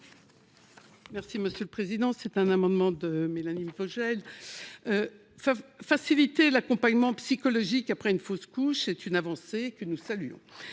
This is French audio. Poncet Monge Il s'agit d'un amendement de Mélanie Vogel. Faciliter l'accompagnement psychologique après une fausse couche constitue une avancée que nous saluons.